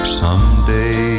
someday